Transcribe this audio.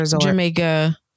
Jamaica